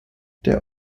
der